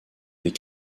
des